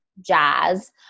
jazz